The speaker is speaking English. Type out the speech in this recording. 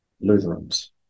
Lutherans